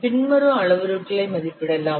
பின்வரும் அளவுருக்களை மதிப்பிடலாம்